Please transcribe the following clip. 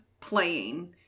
playing